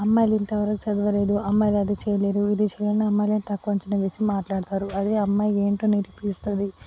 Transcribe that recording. అమ్మాయిలు ఇంతవరకు చదవలేదు అమ్మాయిల అది చేయలేదు ఇది చెయ్యండి అమ్మాయిలని తక్కువ అంచనా వేసి మాట్లాడతారు అదే అమ్మాయి ఏంటి అనేది తెలుస్తుంది